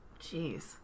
Jeez